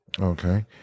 Okay